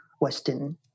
Western